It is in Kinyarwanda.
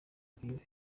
rwiwe